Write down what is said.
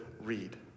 read